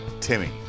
Timmy